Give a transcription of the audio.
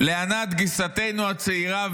לענת, גיסתנו הצעירה והאהובה,